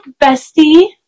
bestie